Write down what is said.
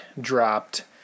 dropped